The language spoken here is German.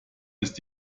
ist